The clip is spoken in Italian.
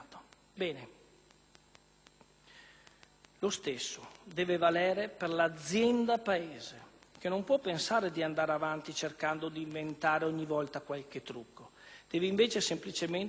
Lo stesso deve valere per l'"azienda Paese" che non può pensare di andare avanti cercando di inventare ogni volta qualche trucco, dovendo invece semplicemente diventare più competitiva: